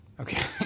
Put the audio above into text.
Okay